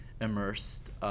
immersed